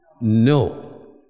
No